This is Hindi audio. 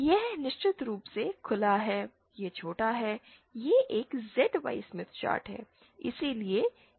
यह निश्चित रूप से खुला है यह छोटा है यह एक ZY स्मिथ चार्ट है